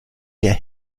der